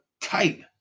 tight